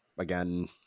Again